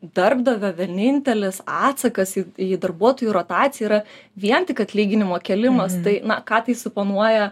darbdavio vienintelis atsakas į darbuotojų rotacija yra vien tik atlyginimo kėlimas tai na ką tai suponuoja